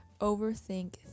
Overthink